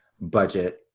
budget